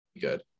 good